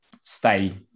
stay